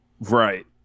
Right